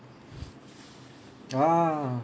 !wah!